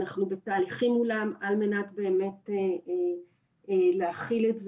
אנחנו בתהליכים, על מנת באמת להכיל את זה,